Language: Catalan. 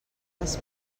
les